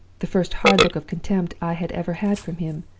the first hard look of contempt, i had ever had from him!